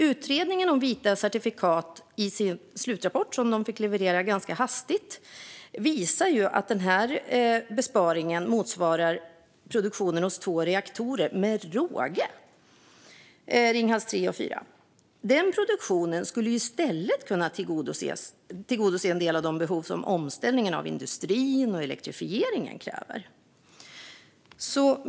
Utredningen om vita certifikat visar i sin slutrapport, som man fick leverera ganska hastigt, att den här besparingen motsvarar produktionen hos två reaktorer - Ringhals 3 och 4 - med råge. Den produktionen skulle i stället kunna tillgodose en del av de behov som omställningen av industrin och elektrifieringen kräver.